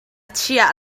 chiah